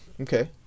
okay